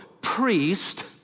priest